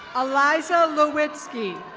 eliza lewinski.